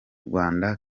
rwanda